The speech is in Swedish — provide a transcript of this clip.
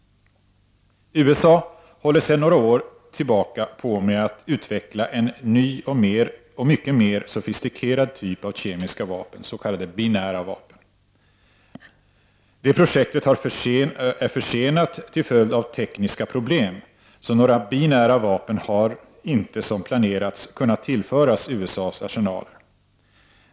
USA håller sedan några år på med att utveckla en ny och mycket sofistikerad typ av kemiska vapen — s.k. binära vapen. Det projektet är försenat till följd av tekniska problem, så några binära vapen har inte som planerats kunnat tillföras USA:s arsenaler.